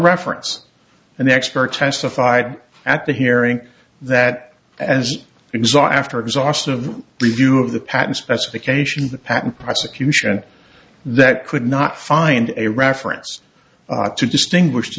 reference an expert testified at the hearing that as exhaust or exhaustive review of the patent specifications the patent prosecution that could not find a reference to distinguish the